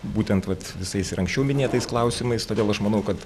būtent vat visais ir anksčiau minėtais klausimais todėl aš manau kad